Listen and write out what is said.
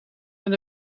naar